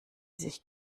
sich